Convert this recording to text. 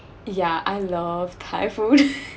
yeah I love thai food